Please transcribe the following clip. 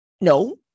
No